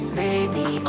baby